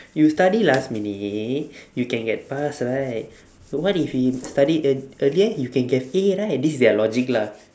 you study last minute you can get pass right what if you study ear~ earlier you can get A right this is their logic lah